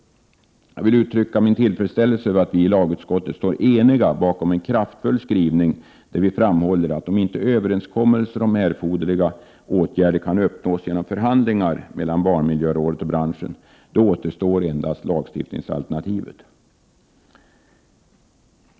Jag vill uttycka min tillfredsställelse över att vi i lagutskottet står eniga bakom en kraftfull skrivning, där vi framhåller, att om inte överenskommelser om erforderliga åtgärder kan uppnås genom förhandlingar mellan barnmiljörådet och branschen, återstår endast lagstiftningsalternativet.